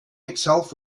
itself